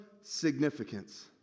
significance